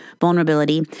vulnerability